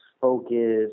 Focus